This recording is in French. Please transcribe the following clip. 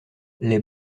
les